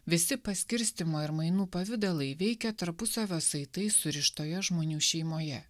visi paskirstymo ir mainų pavidalai veikia tarpusavio saitai surištoje žmonių šeimoje